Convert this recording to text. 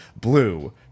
blue